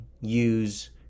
Use